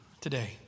today